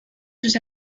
sus